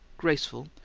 graceful,